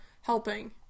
helping